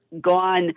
gone